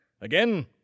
Again